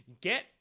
get